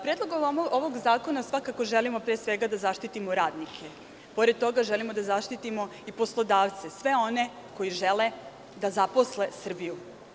Predlogom ovog zakona svakako želimo pre svega da zaštitimo radnike, pored toga želimo da zaštitimo i poslodavce, sve one koji žele da zaposle Srbiju.